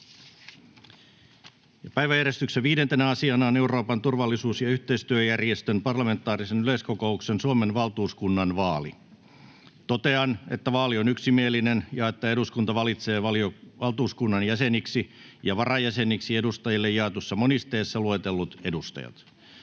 Päiväjärjestyksen 5. asiana on Euroopan turvallisuus- ja yhteistyöjärjestön parlamentaarisen yleiskokouksen Suomen valtuuskunnan vaali. Totean, että vaali on yksimielinen ja että eduskunta valitsee valtuuskunnan jäseniksi ja varajäseniksi edustajille jaetussa monisteessa luetellut edustajat.